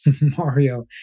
Mario